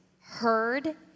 heard